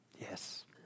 Yes